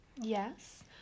Yes